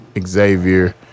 Xavier